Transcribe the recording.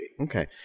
Okay